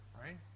right